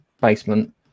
basement